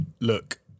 look